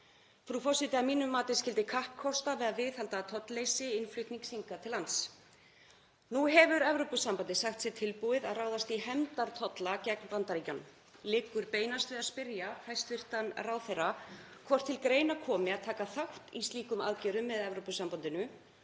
Frú forseti. Að mínu mati skyldi kappkostað að viðhalda tollleysi innflutnings hingað til lands. Nú hefur Evrópusambandið sagt að það sé tilbúið að ráðast í hefndartolla gegn Bandaríkjunum. Liggur beinast við að spyrja hæstv. ráðherra hvort til greina komi að taka þátt í slíkum aðgerðum með Evrópusambandinu